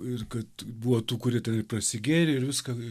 ir kad buvo tų kurie ten ir prasigėrė ir viską